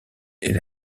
est